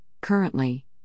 currently